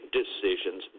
decisions